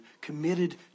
committed